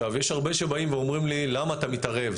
יש הרבה שבאים ואומרים לי, למה אתה מתערב?